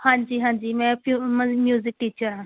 ਹਾਂਜੀ ਹਾਂਜੀ ਮੈਂ ਪਿਯੂ ਮਿਊਜਿਕ ਟੀਚਰ ਹਾਂ